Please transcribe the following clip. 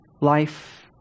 life